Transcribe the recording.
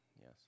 yes